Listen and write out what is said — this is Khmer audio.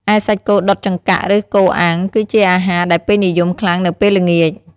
ឯសាច់គោដុតចង្កាក់ ឬគោអាំង គឺជាអាហារដែលពេញនិយមខ្លាំងនៅពេលល្ងាច ។